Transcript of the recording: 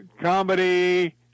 comedy